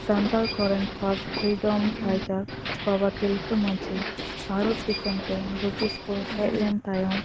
ᱥᱟᱱᱛᱟᱲ ᱠᱚᱨᱮᱱ first freedom fighter Baba Tilka Majhi Bharat ᱫᱤᱥᱚᱢ ᱛᱮ ᱵᱨᱤᱴᱤᱥ ᱠᱚ ᱦᱮᱡ ᱞᱮᱱ ᱛᱟᱭᱚᱢ